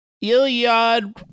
Iliad